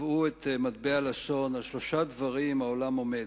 טבעו את מטבע הלשון "על שלושה דברים העולם עומד".